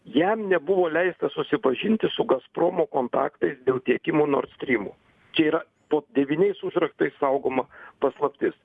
jam nebuvo leista susipažinti su gazpromo kontaktais dėl tiekimo nord strymu čia yra po devyniais užraktais saugoma paslaptis